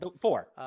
Four